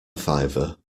fiver